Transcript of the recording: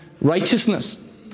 righteousness